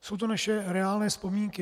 Jsou to naše reálné vzpomínky.